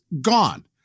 gone